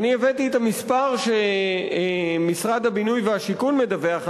אני הבאתי את המספר שמשרד הבינוי והשיכון מדווח עליו,